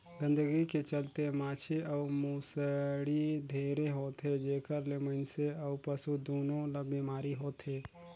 गंदगी के चलते माछी अउ भुसड़ी ढेरे होथे, जेखर ले मइनसे अउ पसु दूनों ल बेमारी होथे